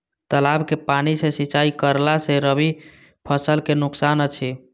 तालाब के पानी सँ सिंचाई करला स रबि फसल के नुकसान अछि?